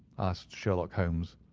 asked sherlock holmes.